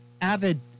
avid